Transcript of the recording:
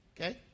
okay